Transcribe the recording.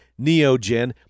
Neogen